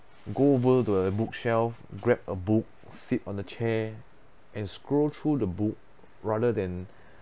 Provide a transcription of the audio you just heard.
go over the bookshelf grab a book sit on the chair and scrolled through the book rather than